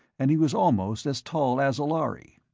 and he was almost as tall as a lhari.